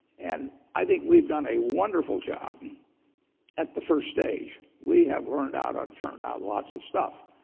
and i think we've done a wonderful job at the first stage. we have churned out um churned out lots of stuff.